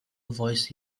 voice